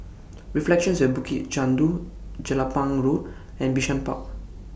Reflections At Bukit Chandu Jelapang Road and Bishan Park